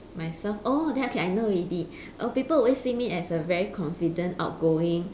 myself oh okay then I know already err people always see me as a very confident outgoing